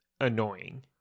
annoying